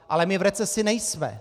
Ale my v recesi nejsme.